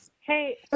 hey